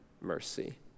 mercy